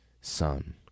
Son